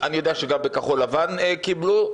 אני יודע שגם בכחול לבן קיבלו,